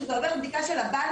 שזה עובר בדיקה של קיו,